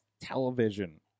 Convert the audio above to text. television